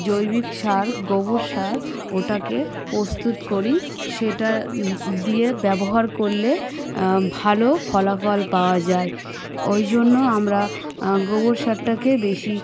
জৈবিক সার গোবর সার ওটাকে প্রস্তুত করি সেটা দিয়ে ব্যবহার করলে ভালো ফলাফল পাওয়া যায় ওই জন্য আমরা গোবর সারটাকে বেশি